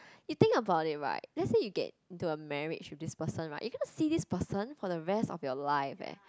you think about it right let's say you get into a marriage to this person right you gonna see this person for the rest of your life eh